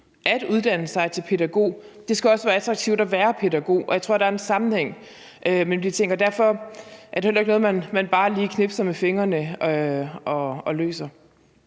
at uddanne sig til pædagog og også være attraktivt at være pædagog, og jeg tror, der er en sammenhæng mellem de ting. Derfor er det jo heller ikke noget, man bare lige knipser med fingrene og løser.